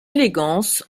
élégance